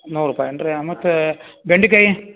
ನೂರು ರೂಪಾಯನ್ರೀ ಮತ್ತು ಬೆಂಡೆಕಾಯಿ